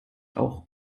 auch